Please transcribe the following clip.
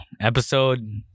episode